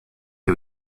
who